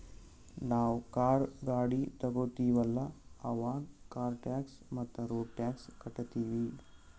ನಾವ್ ಕಾರ್, ಗಾಡಿ ತೊಗೋತೀವಲ್ಲ, ಅವಾಗ್ ಕಾರ್ ಟ್ಯಾಕ್ಸ್ ಮತ್ತ ರೋಡ್ ಟ್ಯಾಕ್ಸ್ ಕಟ್ಟತೀವಿ